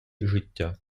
життя